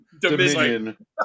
Dominion